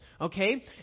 okay